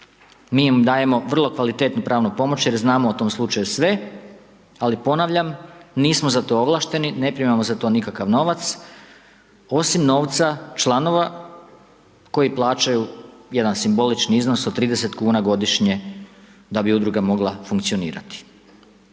mi im dajemo vrlo kvalitetnu pravnu pomoć, jer znamo o tom slučaju sve, ali ponavljam, nismo za to ovlašteni, ne primamo za to nikakav novac osim novca članova koji plaćaju jedan simbolični iznos od 30 kn godišnje, da bi udruga mogla funkcionirati.